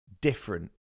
different